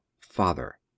Father